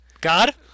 God